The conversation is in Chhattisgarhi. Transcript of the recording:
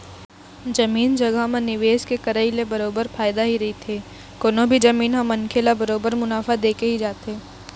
जमीन जघा म निवेश के करई ले बरोबर फायदा ही रहिथे कोनो भी जमीन ह मनखे ल बरोबर मुनाफा देके ही जाथे